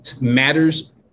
matters